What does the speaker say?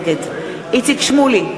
נגד איציק שמולי,